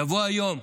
יבוא היום,